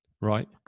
Right